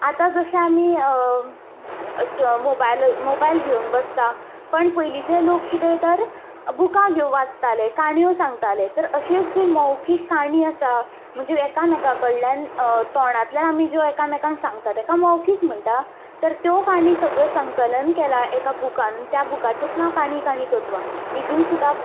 आतां जशें आमी मोबायल घेवन बसता पण पयलींचे लोक कितें तर बुकां घेवन वाचताले काणयो सांगताले तर अशीच मौखीक काणी आसा म्हणजे एकामेका कडल्यान जे आमी जे तोंडान एकामेकाक सांगता तेका मौखीक म्हणटा तर त्यो काणी सगल्यो संकलन केल्यार एका बुकान त्या बुकाचेच नांव काणी काणी कोतवा ती सुद्दां